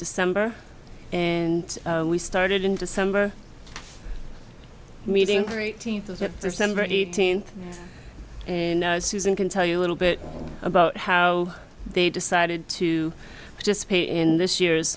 december and we started in december mediocre eighteenth of september eighteenth and susan can tell you a little bit about how they decided to just pay in this year's